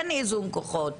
אין איזון כוחות.